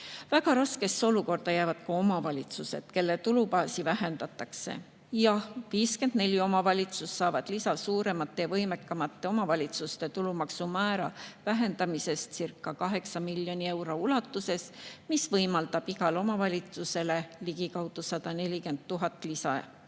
Väga raskesse olukorda jäävad ka omavalitsused, kelle tulubaasi vähendatakse. Jah, 54 omavalitsust saavad lisa suuremate ja võimekamate omavalitsuste tulumaksumäära vähendamisestcirca8 miljoni euro ulatuses, mis võimaldab [anda] igale omavalitsusele ligikaudu 140 000 lisa,